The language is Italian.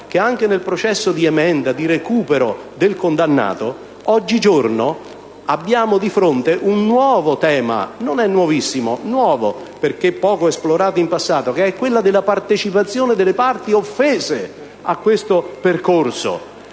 E anche nel processo di emenda e di recupero del condannato, oggigiorno abbiamo di fronte il nuovo tema (non nuovissimo ma nuovo, perché poco esplorato in passato) della partecipazione delle parti offese a questo percorso.